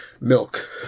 milk